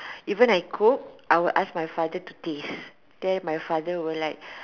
even I cook I will ask my father to taste then my father will like